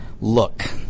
Look